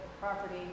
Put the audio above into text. property